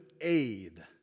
aid